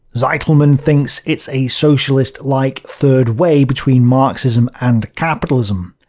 zitelmann thinks it's a socialist-like third way between marxism and capitalism.